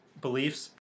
beliefs